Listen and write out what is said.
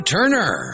Turner